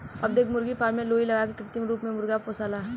अब देख मुर्गी फार्म मे सुई लगा के कृत्रिम रूप से मुर्गा पोसाला